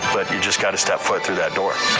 but you just got to step foot through that door.